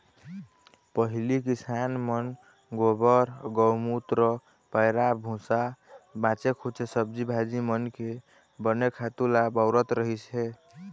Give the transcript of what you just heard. पहिली किसान मन गोबर, गउमूत्र, पैरा भूसा, बाचे खूचे सब्जी भाजी मन के बने खातू ल बउरत रहिस हे